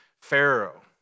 Pharaoh